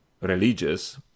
religious